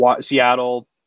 Seattle